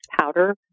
powder